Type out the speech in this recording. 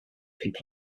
people